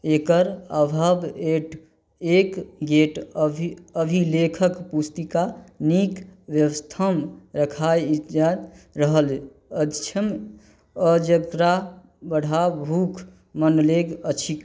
एकर अभाव एट एक गेट अभिलेखक पुस्तिका नीक अवस्थामे रखाइ जाइत रहल अछि आओर जकरा बढ़ा भूख मनलेग अछि